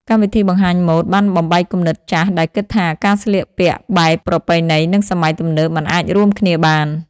កម្មវិធីបង្ហាញម៉ូដបានបំបែកគំនិតចាស់ដែលគិតថាការស្លៀកពាក់បែបប្រពៃណីនិងសម័យទំនើបមិនអាចរួមគ្នាបាន។